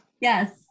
Yes